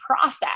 process